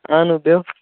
اَہَن حظ بِہِوٗ